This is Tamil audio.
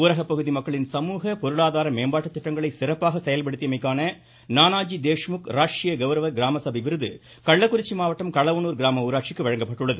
ஊரகப்பகுதி மக்களின் சமூக பொருளாதார மேம்பாட்டு திட்டங்களை சிறப்பாக செயல்படுத்தியமைக்கான நானாஜி தேஷ்முக் ராஷ்ட்ரிய கவுரவ கிராமசபை விருது கள்ளக்குறிச்சி மாவட்டம் களவனூர் கிராம ஊராட்சிக்கு வழங்கப்பட்டுள்ளது